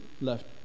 left